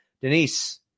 denise